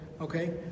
Okay